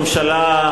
אדוני ראש הממשלה,